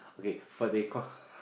okay for the co~